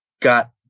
got